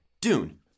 Dune